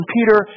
Peter